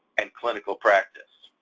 and clinical practice.